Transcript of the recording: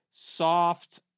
Soft